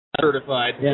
Certified